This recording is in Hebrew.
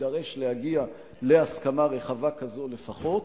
יידרש להגיע להסכמה רחבה כזאת לפחות.